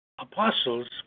apostles